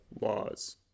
laws